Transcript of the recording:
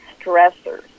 stressors